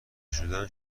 شدن